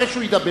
אחרי שהוא ידבר,